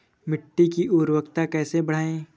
मिट्टी की उर्वरता कैसे बढ़ाएँ?